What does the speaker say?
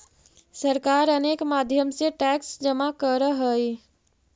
सरकार अनेक माध्यम से टैक्स जमा करऽ हई